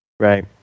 Right